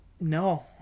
No